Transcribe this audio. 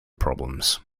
problems